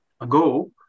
ago